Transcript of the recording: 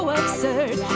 absurd